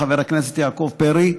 חבר הכנסת יעקב פרי: